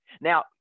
Now